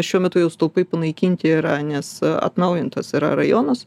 šiuo metu jų stulpai panaikinti yra nes atnaujintas yra rajonas